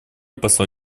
посла